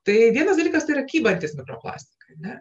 tai vienas dalykas ir yra kybantys plastikai ar ne